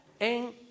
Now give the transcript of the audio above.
en